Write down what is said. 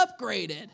upgraded